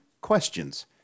questions